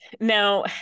Now